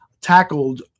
tackled